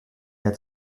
had